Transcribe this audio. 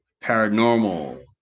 paranormal